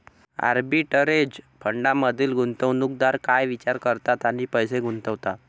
Arbitrage फंडांमधील गुंतवणूकदार काय विचार करतात आणि पैसे गुंतवतात?